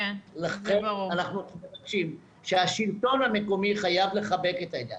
לכן אנחנו מבקשים שהשלטון המקומי יחבק את העניין.